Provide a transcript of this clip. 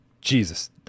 Jesus